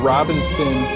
Robinson